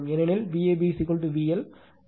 ஏனெனில் Vab VL